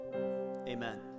Amen